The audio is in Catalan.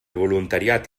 voluntariat